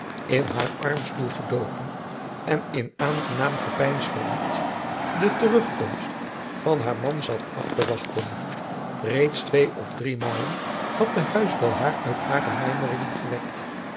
in haar armstoel gedoken en in aangenaam gepeins verdiept de terugkomst van haar man zat af te wachten reeds twee of driemalen had de huisbel haar uit hare mijmeringen gewekt